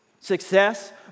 success